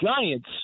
Giants